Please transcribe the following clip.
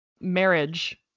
marriage